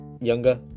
younger